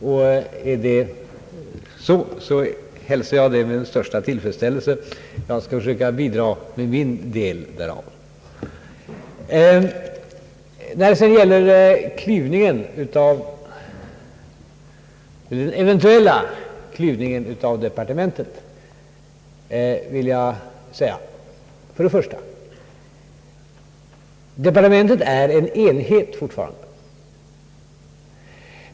är den tolkningen riktig så hälsar jag detta med största tillfredsställelse och skall försöka bidra med min del i sammanhanget. När det sedan gäller den eventuella klyvningen av departementet vill jag först och främst säga att departementet fortfarande är en enhet.